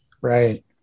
Right